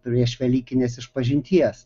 prieš velykinės išpažinties